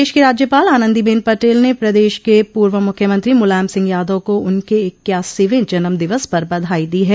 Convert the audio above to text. प्रदेश की राज्यपाल आनन्दीबेन पटेल ने प्रदेश के पूर्व मुख्यमंत्री मुलायम सिंह यादव को उनके इक्यासीवें जन्मदिवस पर बधाई दी है